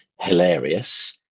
hilarious